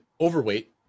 Overweight